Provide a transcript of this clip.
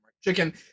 chicken